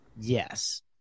Yes